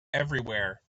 everywhere